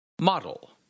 Model